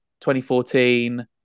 2014